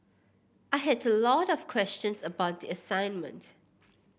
I had a lot of questions about the assignment